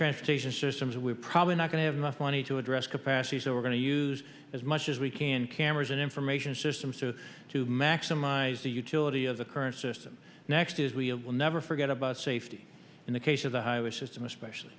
transportation systems we're probably not going to have enough money to address capacity so we're going to use as much as we can cameras and information systems so to maximize the utility of the current system next is we will never forget about safety in the case of the highway system especially